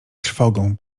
trwogą